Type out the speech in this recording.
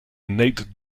nate